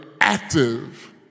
active